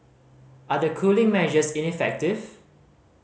are the cooling measures ineffective